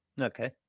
Okay